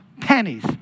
pennies